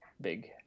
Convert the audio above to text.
big